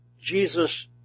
Jesus